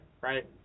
Right